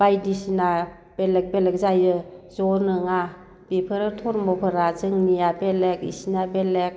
बायदिसिना बेलेग बेलेग जायो ज' नङा बेफोरो धोरोमफोरा जोंनिया बेलेग बिसोरनिया बेलेग